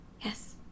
Yes